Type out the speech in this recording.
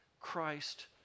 Christ